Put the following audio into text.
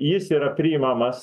jis yra priimamas